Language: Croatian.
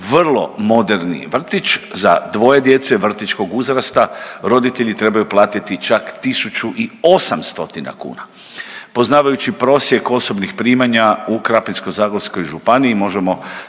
vrlo moderni vrtić, za dvoje djece vrtićkog uzrasta roditelji trebaju platiti čak 1800 kuna. Poznavajući prosjek osobnih primanja u Krapinsko-zagorskoj županiji, možemo